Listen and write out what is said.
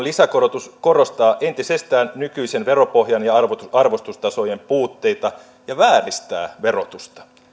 lisäkorotus korostaa entisestään nykyisen veropohjan ja arvostustasojen puutteita ja vääristää verotusta